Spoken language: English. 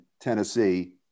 Tennessee